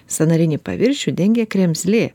sąnarinį paviršių dengia kremzlė